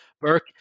Burke